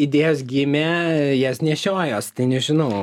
idėjos gimė jas nešiojuos tai nežinau